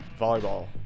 volleyball